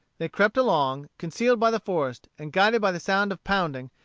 they crept along, concealed by the forest, and guided by the sound of pounding,